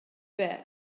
bed